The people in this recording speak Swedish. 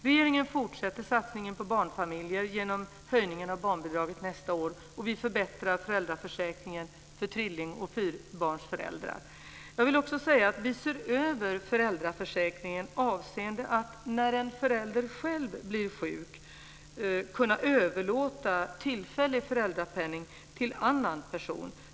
Regeringen fortsätter satsningen på barnfamiljer genom höjningen av barnbidraget nästa år, och vi förbättrar föräldraförsäkringen för trilling och fyrabarnsföräldrar. Vi ser också över föräldraförsäkringen i den meningen att när en förälder själv blir sjuk ska tillfällig föräldrapenning kunna överlåtas till en annan person.